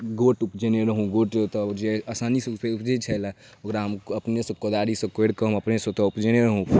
गोट उपजेने रहौँ गोट एतऽ जे आसानीसँ उप उपजै छलै पूरा हम अपनेसँ कोदारिसँ कोड़िकऽ हम अपनेसँ ओतऽ उपजेने रहौँ